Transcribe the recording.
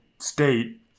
state